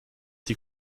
die